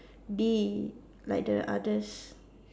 be like the others